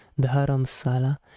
Dharamsala